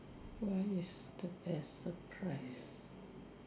what is the best surprise